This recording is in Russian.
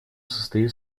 состоит